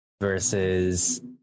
versus